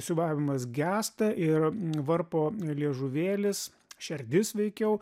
siūbavimas gęsta ir varpo liežuvėlis šerdis veikiau